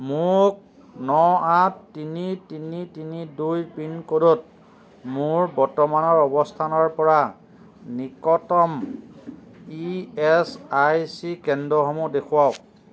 মোক ন আঠ তিনি তিনি তিনি দুই পিনক'ডত মোৰ বৰ্তমানৰ অৱস্থানৰ পৰা নিকটতম ই এছ আই চি কেন্দ্ৰসমূহ দেখুৱাওঁক